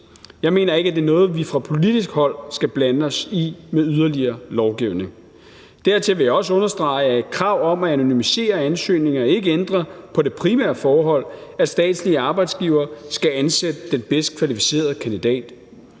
Jeg mener ikke, at det er noget, som vi fra politisk hold skal blande os i med yderligere lovgivning. Dertil vil jeg også understrege, at et krav om at anonymisere ansøgninger ikke ændrer på det primære forhold, at statslige arbejdsgivere skal ansætte den bedst kvalificerede kandidat.